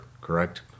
correct